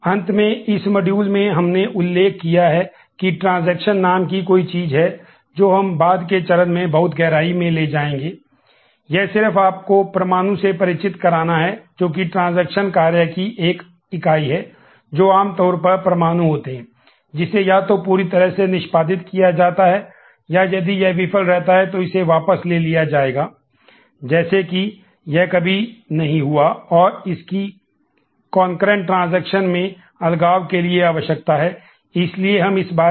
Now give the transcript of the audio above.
अंत में इस मॉड्यूल और संबंधित मुद्दे उठाएंगे